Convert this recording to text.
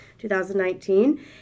2019